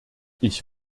ich